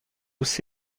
aussi